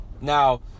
Now